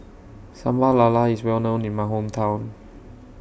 Sambal Lala IS Well known in My Hometown